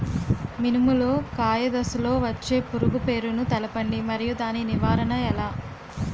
మినుము లో కాయ దశలో వచ్చే పురుగు పేరును తెలపండి? మరియు దాని నివారణ ఎలా?